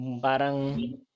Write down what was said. Parang